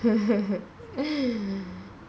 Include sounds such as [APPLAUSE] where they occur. [LAUGHS] ya